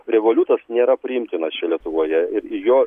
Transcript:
revoliutas nėra priimtinas čia lietuvoje ir jo